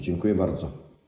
Dziękuję bardzo.